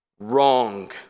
Wrong